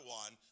one